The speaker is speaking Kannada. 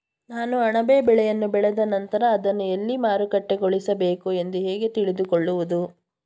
ನಾನು ಅಣಬೆ ಬೆಳೆಯನ್ನು ಬೆಳೆದ ನಂತರ ಅದನ್ನು ಎಲ್ಲಿ ಮಾರುಕಟ್ಟೆಗೊಳಿಸಬೇಕು ಎಂದು ಹೇಗೆ ತಿಳಿದುಕೊಳ್ಳುವುದು?